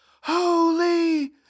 holy